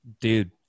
dude